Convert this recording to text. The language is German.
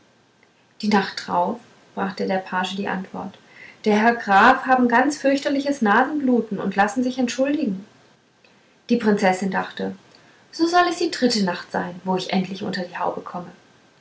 die nacht drauf brachte der page die antwort der herr graf haben ganz fürchterliches nasenbluten und lassen sich entschuldigen die prinzessin dachte so soll es die dritte nacht sein wo ich endlich unter die haube komme